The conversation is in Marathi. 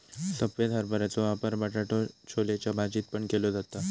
सफेद हरभऱ्याचो वापर बटाटो छोलेच्या भाजीत पण केलो जाता